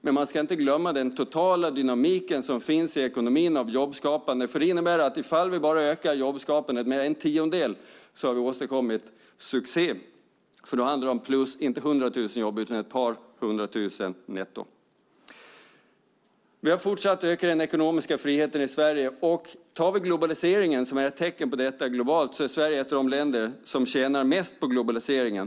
Men man ska inte glömma den totala dynamiken som finns i ekonomin när det gäller jobbskapande. Om vi bara ökar jobbskapandet med en tiondel har vi åstadkommit succé. För då handlar det inte om plus 100 000 jobb utan om ett par hundratusen netto. Vi har fortsatt att öka den ekonomiska friheten i Sverige. Vi kan ta globaliseringen, som är ett tecken på detta globalt. Sverige är ett av de länder som tjänar mest på globaliseringen.